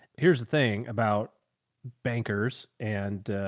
here's the thing about bankers and,